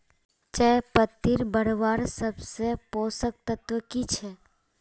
चयपत्ति बढ़वार सबसे पोषक तत्व की छे?